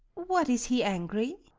what, is he angry?